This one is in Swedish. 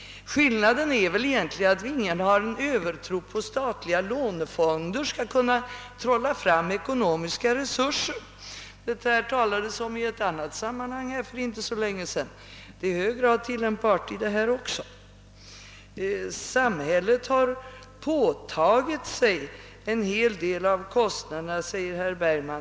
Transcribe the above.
Skillnaden är väl egentligen att vi inte har en övertro på att statliga lånefonder skall kunna trolla fram ekonomiska resurser. Det talades om detta i ett annat sammanhang för inte så länge sedan. Det är i hög grad tillämpbart i detta fall också. Samhället har påtagit sig en del av kostnaderna, säger herr Bergman.